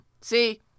See